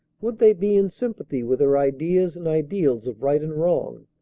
would they be in sympathy with her ideas and ideals of right and wrong?